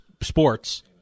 sports